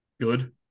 good